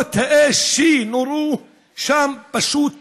כמויות האש שנורו שם פשוט משוגעות,